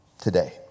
today